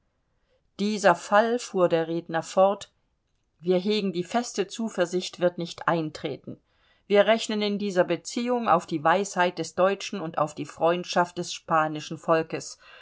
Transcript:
dieser fall fuhr der redner fort wir hegen die feste zuversicht wird nicht eintreten wir rechnen in dieser beziehung auf die weisheit des deutschen und auf die freundschaft des spanischen volkes